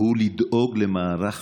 הוא לדאוג למערך